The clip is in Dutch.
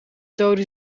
dode